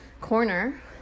corner